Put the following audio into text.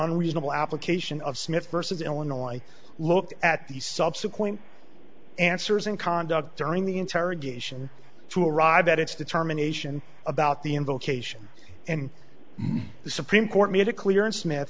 unreasonable application of smith versus illinois look at the subsequent answers and conduct during the interrogation to arrive at its determination about the invocation and the supreme court made it clear and smith